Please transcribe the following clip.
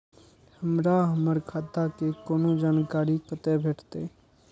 हमरा हमर खाता के कोनो जानकारी कतै भेटतै?